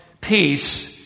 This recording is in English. peace